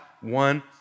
one